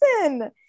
person